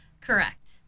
correct